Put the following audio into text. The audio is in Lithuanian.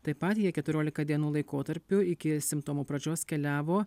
taip pat jei keturiolika dienų laikotarpiu iki simptomų pradžios keliavo